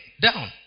down